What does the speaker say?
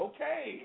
Okay